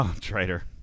traitor